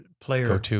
player